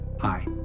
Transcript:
Hi